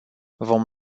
vom